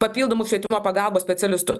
papildomų švietimo pagalbos specialistų